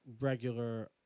regular